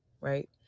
right